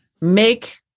make